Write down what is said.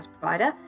provider